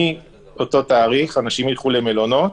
מאותו תאריך אנשים ילכו למלונות,